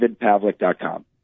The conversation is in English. DavidPavlik.com